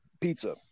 Pizza